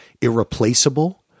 irreplaceable